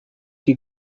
que